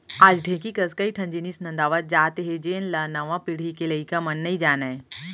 आज ढेंकी कस कई ठन जिनिस नंदावत जात हे जेन ल नवा पीढ़ी के लइका मन नइ जानयँ